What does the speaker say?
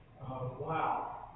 wow